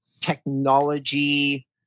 technology